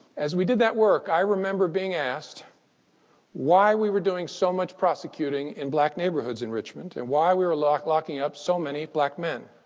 as we did that work, i remember being asked why we were doing so much prosecuting in black neighborhoods in richmond and why we were locked locking up so many black men.